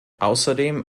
außerdem